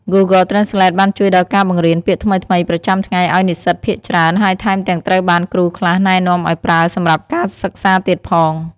Google Translate បានជួយដល់ការបង្រៀនពាក្យថ្មីៗប្រចាំថ្ងៃឲ្យនិស្សិតភាគច្រើន ហើយថែមទាំងត្រូវបានគ្រូខ្លះណែនាំឱ្យប្រើសម្រាប់ការសិក្សាទៀតផង។